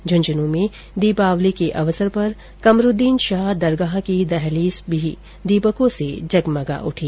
झंझनू में दीपावली के अवसर पर कमरूद्दीन शाह दरगाह की दहलीज भी दीपकों से जगमगा उठी